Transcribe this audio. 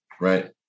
right